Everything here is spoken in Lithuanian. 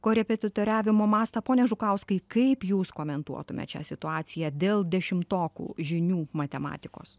korepetitoriavimo mastą pone žukauskai kaip jūs komentuotumėt šią situaciją dėl dešimtokų žinių matematikos